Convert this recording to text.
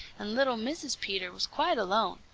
and little mrs. peter was quite alone.